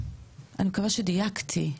אני מקווה שדייקתי.